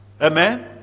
Amen